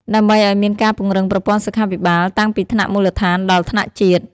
ដើម្បីឲ្យមានការពង្រឹងប្រព័ន្ធសុខាភិបាល តាំងពីថ្នាក់មូលដ្ឋានដល់ថ្នាក់ជាតិ។